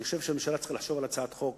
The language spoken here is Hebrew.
אבל אני חושב שהממשלה צריכה לחשוב על הצעת חוק.